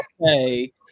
okay